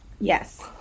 Yes